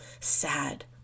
sad